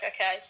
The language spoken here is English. okay